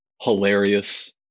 hilarious